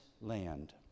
land